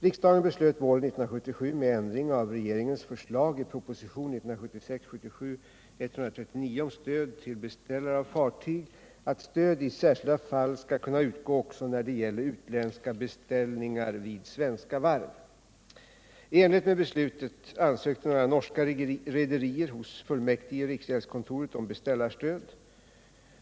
Riksdagen beslöt våren 1977 — med ändring av regeringens förslag i propositionen 1976/77:139 om stöd till beställare av fartyg — att stöd i särskilda fall skall kunna utgå också när det gäller utländska beställningar vid svenska varv. I enlighet med beslutet ansökte några norska rederier hos fullmäktige i riksgäldskontoret om beställarstöd.